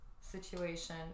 situation